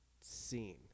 scene